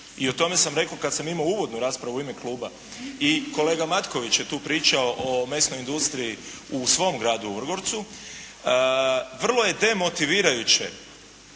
i o tome sam rekao kad sam imao uvodnu raspravu u ime kluba i kolega Matković je tu pričao o mesnom industriji u svom gradu Vrgorcu. Vrlo je demotivirajuće